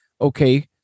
okay